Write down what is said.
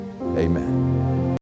amen